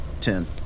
Ten